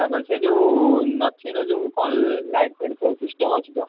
ତାପରେ ସେ ଯୋଉ ନଥିଙ୍ଗ ର ଯୋଉ କଣ ଲାଇଟ୍ଫାଇଟ୍ ସିଷ୍ଟମ୍ ଅଛି ତ